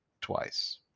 twice